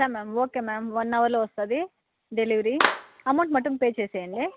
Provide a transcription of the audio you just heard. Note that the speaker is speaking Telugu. ఇస్తా మేడం ఓకే మేడం వన్ హావర్లో వస్తుంది డెలివరీ అమౌంట్ మట్టుం పే చేసేయండి